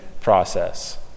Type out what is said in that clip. process—